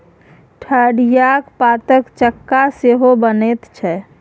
ठढियाक पातक चक्का सेहो बनैत छै